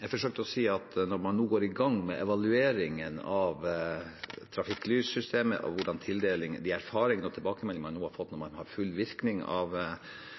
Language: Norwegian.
jeg forsøkte å si at når man nå går i gang med evalueringen av trafikklyssystemet og tildelingen, med de erfaringene og tilbakemeldingene man nå har fått når man har full virkning av